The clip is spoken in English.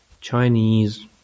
Chinese